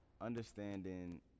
understanding